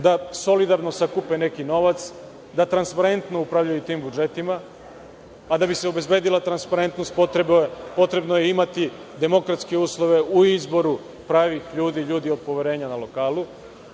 da solidarno sakupe neki novac, da transparentno upravljaju tim budžetima, a da bi se obezbedila transparentnost, potrebno je imati demokratske uslove u izboru pravih ljudi i ljudi od poverenja na lokalu,